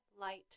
light